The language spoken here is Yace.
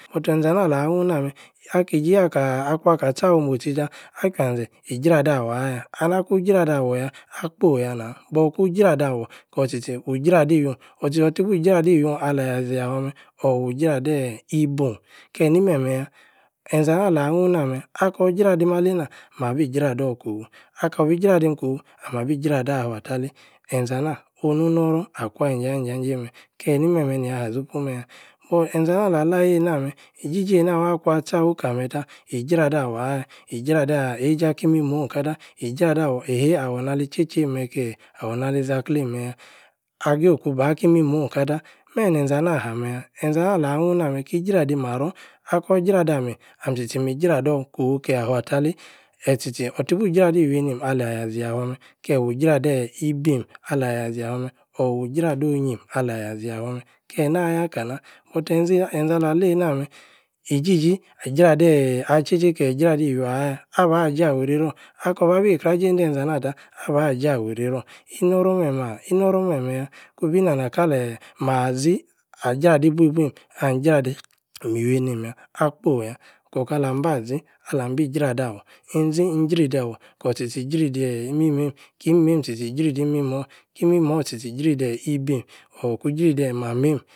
buti-nȝe-anah-alah-hnun-na-meh. aki-iji akaah akwuan-ka tcha-wi-mo-tchi-tah. akwian-ȝe ij́ra-dawor-ayah. and akun-jradawor̗-awor-tchī-tchī wˈe-jradi-you. awo-tchī-tchī-bu jradi-you alah Yah-ȝīa-fua-meh. or. we-j̄radī-īii-bun. keeh-nmeh-meh-yah?. Nȝe-anah-ala-hnun-na-meh. akor-jradim-aleina. nabi-jra-dor kofu. akor-bi jradim-kufor. amī-abī-jr̂ador afwua-talei. nȝe-naonu-ino-ror akwua-yi-nja-jei meh!keeh ni-meh-meh. nīa-ha-ȝopu-meh-yah?